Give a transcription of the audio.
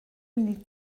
mille